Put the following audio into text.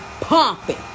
pumping